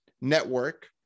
network